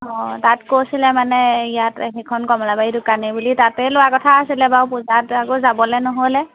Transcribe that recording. অ তাত কৈছিলে মানে ইয়াত সেইখন কমলাবাৰী দোকানেই বুলি তাতেই লোৱা কথা আছিলে বাৰু পূজাত আকৌ যাবলৈ নহ'লে